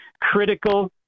critical